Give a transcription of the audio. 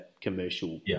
commercial